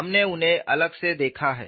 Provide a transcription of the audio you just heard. हमने उन्हें अलग से देखा है